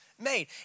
made